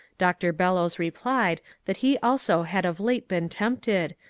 dr. bellows replied that he also had of late been tempted,